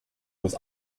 was